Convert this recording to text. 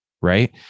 right